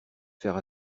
faire